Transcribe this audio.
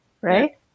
right